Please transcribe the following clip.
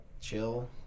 Chill